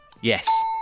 Yes